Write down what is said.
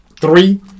three